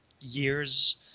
years